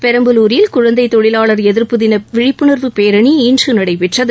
பெரம்பலூரில் குழந்தை தொழிலாளர் எதிர்ப்பு தின விழிப்புணர்வு பேரணி இன்று நடைபெற்றது